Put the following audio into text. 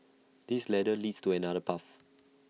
this ladder leads to another path